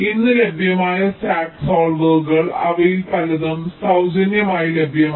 ഇന്ന് ലഭ്യമായ SAT സോൾവറുകൾ അവയിൽ പലതും സൌജന്യമായി ലഭ്യമാണ്